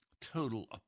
Total